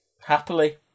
Happily